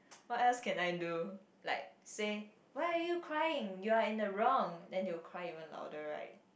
what else can I do like say why are you crying you're in the wrong then they will cry even louder right